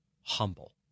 humble